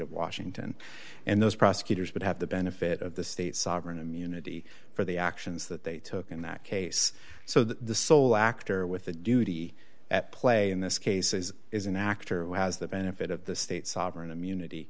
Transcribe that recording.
of washington and those prosecutors would have the benefit of the state sovereign immunity for the actions that they took in that case so the sole actor with the duty at play in this case is is an actor who has the benefit of the state sovereign immunity